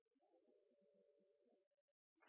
da